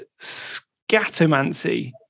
scatomancy